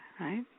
right